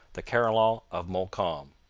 the carillon of montcalm.